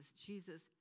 Jesus